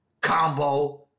Combo